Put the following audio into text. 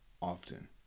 often